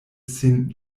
sin